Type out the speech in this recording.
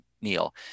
Neil